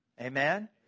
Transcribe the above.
Amen